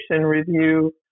review